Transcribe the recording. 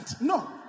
No